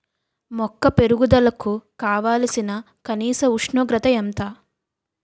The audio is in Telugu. మొక్క పెరుగుదలకు కావాల్సిన కనీస ఉష్ణోగ్రత ఎంత?